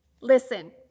Listen